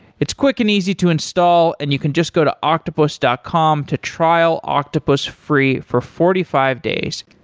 it's quick and easy to install and you can just go to octopus dot com to trial octopus free for forty five days.